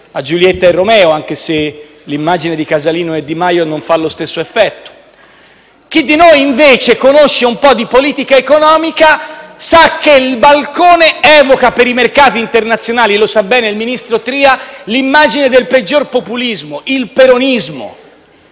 a Giulietta e Romeo, anche se l'immagine di Casalino e Di Maio non fa lo stesso effetto. Chi di noi invece conosce un po' di politica economica sa che il balcone evoca per i mercati internazionali - lo sa bene il ministro Tria - l'immagine del peggior populismo: il peronismo,